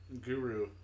guru